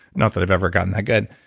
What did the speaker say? not that i've ever gotten that good.